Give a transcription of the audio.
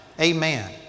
amen